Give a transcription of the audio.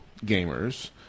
gamers